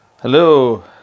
hello